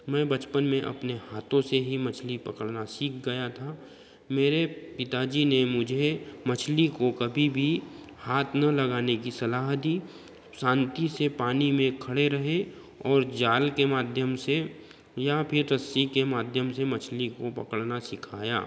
मैं बचपन में अपने हाथों से ही मछली पकड़ना सीख गया था मेरे पिता जी ने मुझे मछली को कभी भी हाथ न लगाने कि सलाह दी शांति से पानी में खड़े रहें और जाल के माध्यम से या फिर रस्सी के माध्यम से मछली को पकड़ना सिखाया